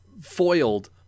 foiled